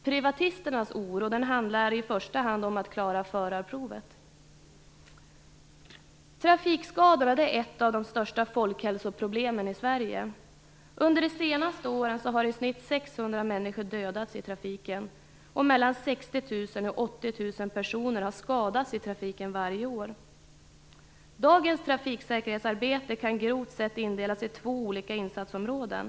Privatisternas oro handlar i första hand om att klara förarprovet. Trafikskadorna är ett av de största folkhälsoproblemen i Sverige. Under de senaste åren har i snitt 600 människor dödats, och mellan 60 000 och Dagens trafiksäkerhetsarbete kan grovt sett indelas i två olika insatsområden.